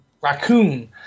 raccoon